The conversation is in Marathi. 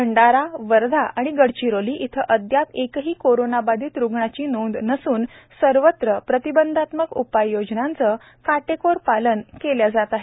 भंडारा वर्धा आणि गडचिरोली इथं अद्याप एकही कोरोना बाधित रुग्णाची नोंद नसून सर्वत्र प्रतिबंधात्मक उपाययोजनांचे काटेकोर पालन केल्या जात आहे